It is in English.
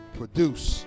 produce